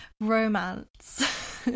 romance